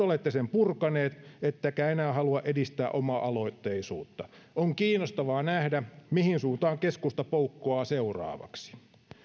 olette sen purkaneet ettekä enää halua edistää oma aloitteisuutta on kiinnostavaa nähdä mihin suuntaan keskusta poukkoaa seuraavaksi